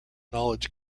knowledge